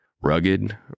rugged